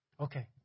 Okay